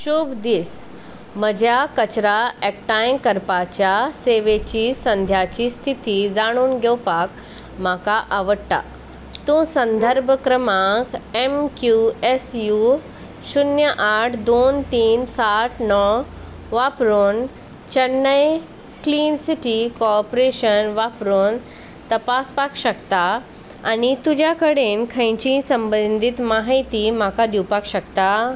शूभ दीस म्हज्या कचरा एकठांय करपाच्या सेवेची सद्याची स्थिती जाणून घेवपाक म्हाका आवडटा तूं संदर्भ क्रमांक एम क्यू एस यू शुन्य आठ दोन तीन साठ णव वापरून चेन्नई क्लीन सिटी कॉपरेशन वापरून तपासपाक शकता आनी तुज्या कडेन खंयचीय संबंदीत म्हायती म्हाका दिवपाक शकता